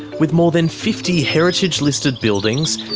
with more than fifty heritage-listed buildings,